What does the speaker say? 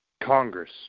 Congress